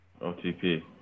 OTP